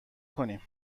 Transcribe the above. کنیم